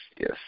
Yes